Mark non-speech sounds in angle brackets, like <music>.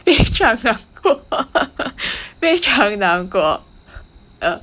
非常难过 <laughs> 非常难过